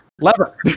Lever